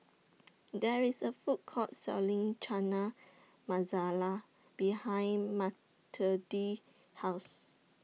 There IS A Food Court Selling Chana Masala behind Mathilde's House